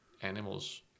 animals